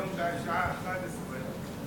רק יש לי שאלה: היום בשעה 11:00 מתקיים